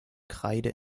kreide